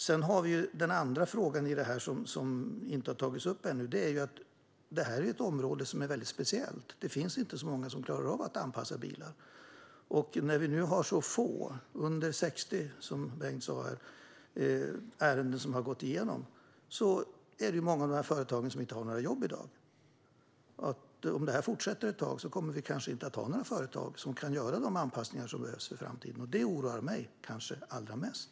Sedan har vi en annan fråga som inte har tagits upp ännu, och det är att detta är ett område som är väldigt speciellt. Det finns inte många som klarar av att anpassa bilar. Få ärenden har gått igenom - under 60, som Bengt Eliasson sa - och många av dessa företag har inga jobb i dag. Om detta fortsätter ett tag kommer vi kanske inte att ha några företag som kan göra de anpassningar som behövs i framtiden. Detta oroar mig kanske allra mest.